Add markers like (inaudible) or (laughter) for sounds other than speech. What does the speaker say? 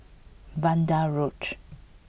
Vanda Road (hesitation)